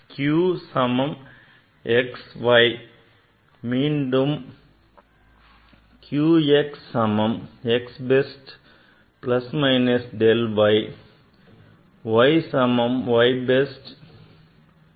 q சமம் x y மீண்டும் q x சமம் x best plus minus del x y சமம் y best plus minus del y